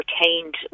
retained